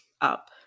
up